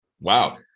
Wow